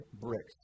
bricks